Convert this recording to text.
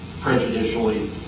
prejudicially